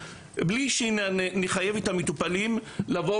בלי שנחייב את המטופלים לבוא